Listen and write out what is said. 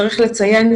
סליחה,